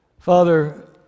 Father